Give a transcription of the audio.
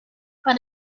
but